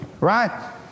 Right